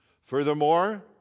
Furthermore